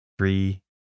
Three